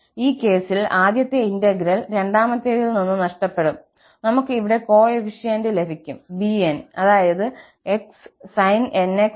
ഈ കേസിൽ ആദ്യത്തെ ഇന്റഗ്രൽ രണ്ടാമത്തേതിൽ നിന്ന് നഷ്ടപ്പെടും നമുക്ക് ഇവിടെ കോഎഫിഷ്യന്റ് ലഭിക്കും bn അതായത് sin nx dx